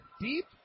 deep